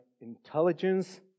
intelligence